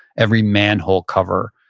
every manhole cover,